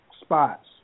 spots